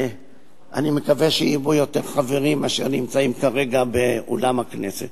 אני מקווה שיהיו בו יותר חברים מאשר נמצאים כרגע באולם הכנסת.